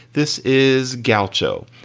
this is gaucho.